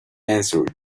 answered